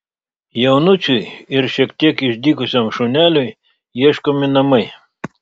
jaunučiui ir šiek tiek išdykusiam šuneliui ieškomi namai